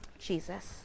Jesus